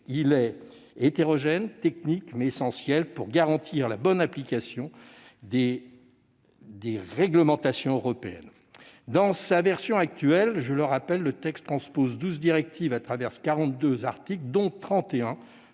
Il est hétérogène et technique, mais essentiel pour garantir la bonne application des réglementations européennes. Dans sa version actuelle, je le rappelle, le texte transpose douze directives à travers quarante-deux